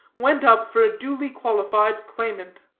went up for a duly-qualified claimant.